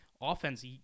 offense